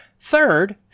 third